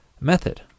method